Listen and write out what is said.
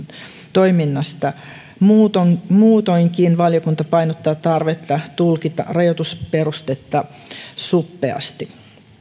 toiminnasta muutoinkin valiokunta painottaa tarvetta tulkita rajoitusperustetta suppeasti